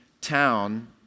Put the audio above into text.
town